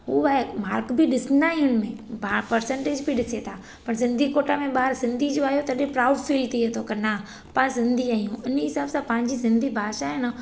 उहो आहे मार्क बि ॾिसंदा आहियूं हुनमें पाण परसेंटेज़ ॿि ॾिसनि था सिंधी कोटा में ॿार सिंधीच आहियो तॾहिं प्राउड फील थिए थो क न पाण सिंधी आहियूं उन हिसाब सां पंहिंजी सिंधी भाषा आहे न